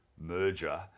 merger